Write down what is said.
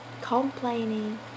complaining